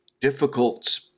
difficult